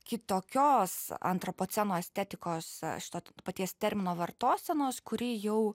kitokios antropoceno estetikos šito paties termino vartosenos kuri jau